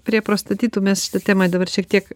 prie prostatitų mes šitą tema dabar šiek tiek